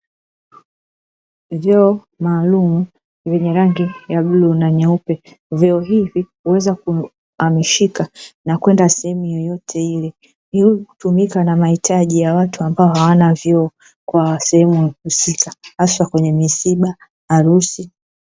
Vyoo maalumu vyenye rangi ya bluu na nyeupe. Vyoo hivi huweza kuhamishika na kwenda sehemu yeyote ile; ili kutumika na mahitaji ya watu ambao hawana vyoo kwa sehemu husika, hasa kwenye misiba, harusi.